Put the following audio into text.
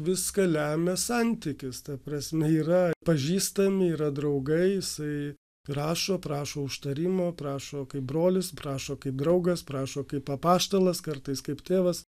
viską lemia santykis ta prasme yra pažįstami yra draugai jisai ašo prašo užtarimo prašo kaip brolis prašo kaip draugas prašo kaip apaštalas kartais kaip tėvas